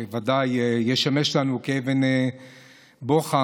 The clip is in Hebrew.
שוודאי ישמש לנו כאבן בוחן,